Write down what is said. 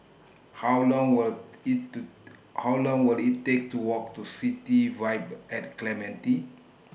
How Long Will IT to How Long Will IT Take to Walk to City Vibe At Clementi